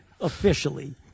officially